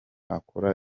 akora